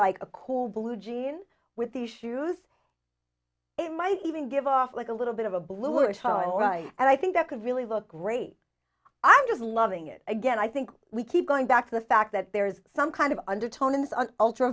like a cool blue jeans with the shoes it might even give off like a little bit of a bluish farai and i think that could really look great i'm just loving it again i think we keep going back to the fact that there is some kind of undertones are ultra